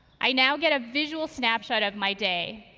i now get a visual snapshot of my day.